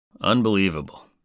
unbelievable